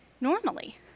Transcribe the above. normally